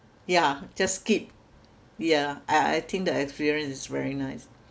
yeah just skip yeah I I think the experience is very nice